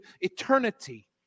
eternity